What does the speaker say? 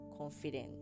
confident